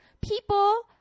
people